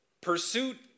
Pursuit